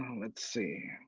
let's see.